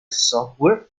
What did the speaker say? software